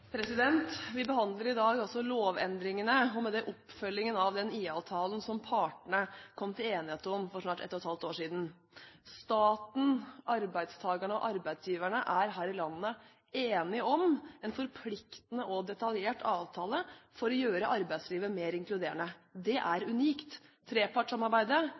Vi behandler i dag lovendringene og med det oppfølgingen av den IA-avtalen som partene kom til enighet om for snart ett og et halvt år siden. Staten, arbeidstakerne og arbeidsgiverne er her i landet enige om en forpliktende og detaljert avtale for å gjøre arbeidslivet mer inkluderende. Det er unikt. Trepartssamarbeidet